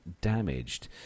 damaged